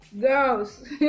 girls